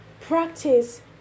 practice